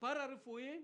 מקצועות פרה-רפואיים,